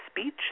speech